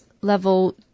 Level